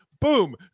boom